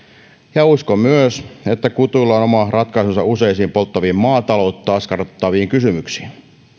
ja uskon myös että kutuilla on oma ratkaisunsa useisiin polttaviin maataloutta askarruttaviin kysymyksiin